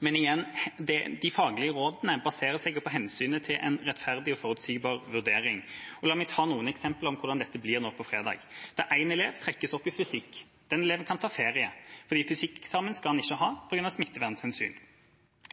Men igjen – de faglige rådene baserer seg jo på hensynet til en rettferdig og forutsigbar vurdering. La meg ta noen eksempler på hvordan dette blir nå på fredag, der én elev trekkes ut til fysikk. Den eleven kan ta ferie. Fysikkeksamen skal han av smittevernhensyn ikke ha.